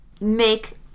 make